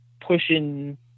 pushing